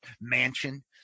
mansion